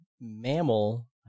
mammal